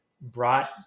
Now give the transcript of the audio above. brought